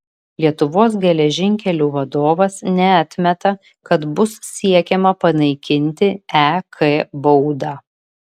lietuvos geležinkelių vadovas neatmeta kad bus siekiama panaikinti ek baudą